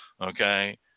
okay